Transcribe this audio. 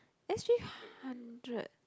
S_G hundred